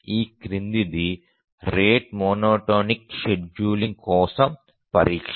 ఈ క్రిందిది rate monotonic scheduling కోసం పరీక్ష